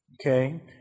Okay